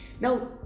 Now